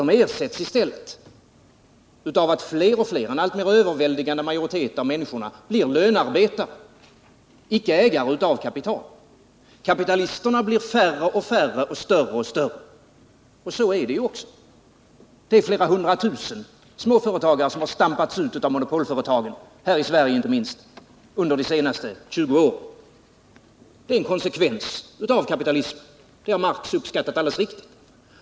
De ersätts av att fler och fler — en alltmer överväldigande majoritet av människorna — blir lönarbetare, icke ägare av kapital. Kapitalisterna blir färre och färre och större och större. Och så är det ju också. Det är flera hundratusen småföretagare som har stampats ut av monopolföretagen, här i Sverige inte minst, under de senaste 20 åren. Detta är en konsekvens av kapitalismen —det har Marx uppskattat alldeles riktigt.